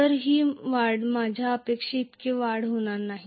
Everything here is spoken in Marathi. तर ही वाढ माझ्या अपेक्षेइतकी वाढ होणार नाही